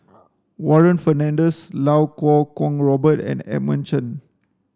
Warren Fernandez Iau Kuo Kwong Robert and Edmund Chen